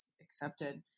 accepted